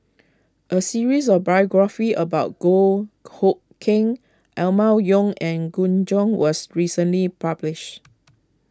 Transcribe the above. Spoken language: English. a series of biographies about Goh Hood Keng Emma Yong and Gu Juan was recently published